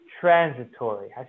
transitory